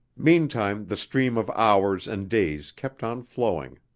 meantime the stream of hours and days kept on flowing.